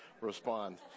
respond